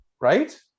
Right